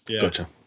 gotcha